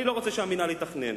אני לא רוצה שהמינהל יתכנן.